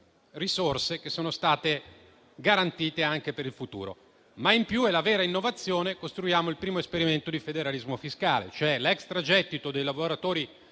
risorse che sono state garantite anche per il futuro. In più - ed è la vera innovazione - costruiamo il primo esperimento di federalismo fiscale: l'extragettito delle tasse